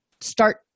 start